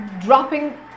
dropping